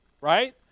right